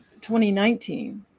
2019